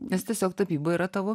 nes tiesiog tapyba yra tavo